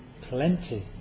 plenty